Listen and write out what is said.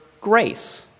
grace